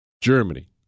Germany